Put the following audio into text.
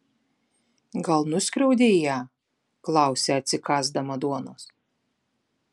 gal nuskriaudei ją klausia atsikąsdama duonos